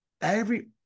every-